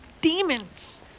demons